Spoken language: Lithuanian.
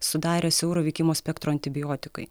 sudarė siauro veikimo spektro antibiotikai